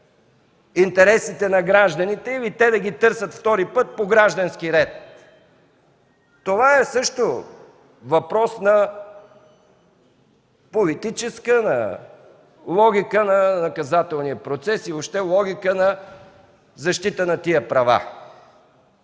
интересите на гражданите или те да ги търсят втори път по граждански ред. Това също е въпрос на политическа логика на наказателния процес и въобще логика на защита на тези права.